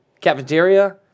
cafeteria